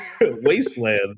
wasteland